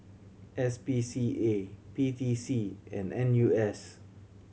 S P C A P T C and N U S